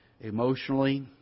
emotionally